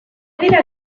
dira